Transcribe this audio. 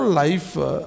life